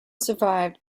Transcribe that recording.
survived